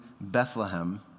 Bethlehem